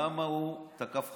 למה הוא תקף חרדי?